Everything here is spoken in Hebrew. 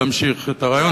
להמשיך את הרעיון.